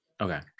Okay